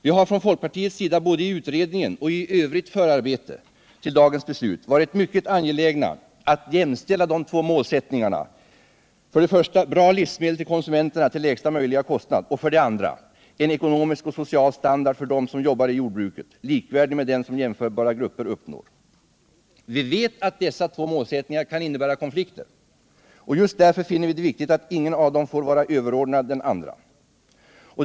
Vi har från folkpartiets sida både i utredningen och i övrigt förarbete till dagens beslut varit mycket angelägna om att jämställa de två målsättningarna: 1. bra livsmedel till konsumenterna till lägsta möjliga kostnad, 2. en ekonomisk och social standard för dem som arbetar i jordbruket, likvärdig den som jämförbara grupper uppnår. Vi vet att dessa två målsättningar kan innebära konflikter. Just därför finner vi det viktigt att ingen av dem får vara överordnad den andra.